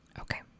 Okay